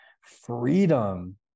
freedom